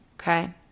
Okay